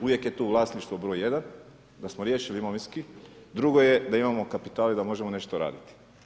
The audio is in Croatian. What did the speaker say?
Uvijek je tu vlasništvo broj jedan da smo riješili imovinski, drugo je da imamo kapitala i da možemo nešto raditi.